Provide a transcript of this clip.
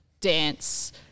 dance